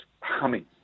humming